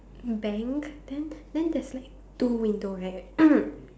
bank then then there's like two window right